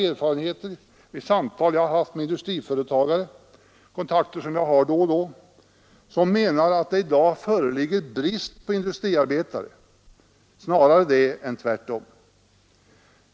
De industriföretagare jag då och då haft kontakt med menar att det i dag snarare föreligger brist på industriarbetare än tvärtom.